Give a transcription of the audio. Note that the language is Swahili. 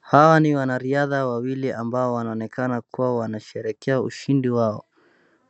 Hawa ni wanariadha wawili ambayo wanaonekana kuwa wanasherehekea ushindi wao,